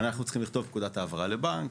אז אנחנו צריכים לכתוב פקודת העברה לבנק,